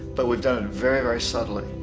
but we've done it very very subtly.